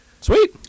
Sweet